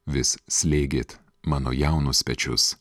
vis slėgėt mano jaunus pečius